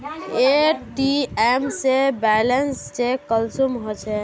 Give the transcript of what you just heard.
ATM से balance check कुंसम होचे?